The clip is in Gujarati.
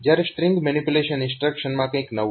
જ્યારે સ્ટ્રીંગ મેનીપ્યુલેશન ઇન્સ્ટ્રક્શનમાં કંઈક નવું છે